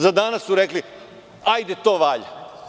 Za danas su rekli – hajde, to valja.